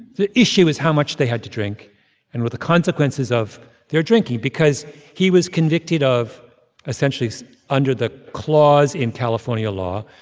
the issue is how much they had to drink and what the consequences of their drinking because he was convicted of essentially under the clause in california law,